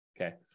Okay